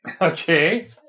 Okay